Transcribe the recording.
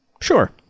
Sure